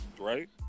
Right